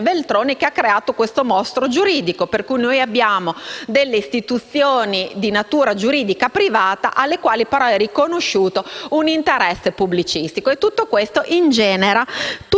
che ha creato un mostro giuridico, per cui abbiamo istituzioni di natura giuridica privata alle quali, però, è riconosciuto un interesse pubblicistico. Tutto questo ingenera